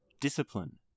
Discipline